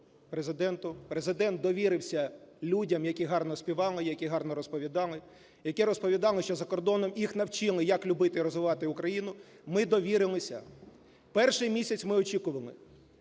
Президент довірився людям, які гарно співали, які гарно розповідали. Які розповідали, що закордоном їх навчили, як любити і розвивати Україну. Ми довірилися. Перший місяць ми очікували.